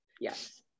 Yes